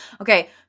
Okay